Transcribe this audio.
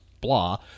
blah